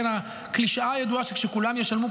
הקלישאה הידועה שכשכולם ישלמו,